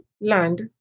land